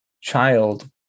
child